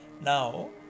now